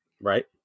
right